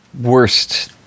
worst